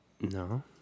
No